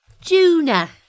juna